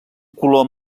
color